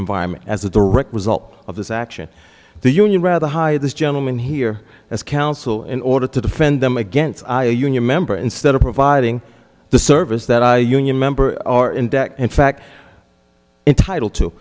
environment as a direct result of this action the union rather hire this gentleman here as counsel in order to defend them against a union member instead of providing the service that i union member and fact entitled to